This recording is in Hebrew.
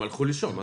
הם הלכו לישון.